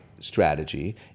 strategy